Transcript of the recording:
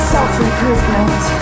Self-improvement